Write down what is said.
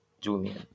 Julian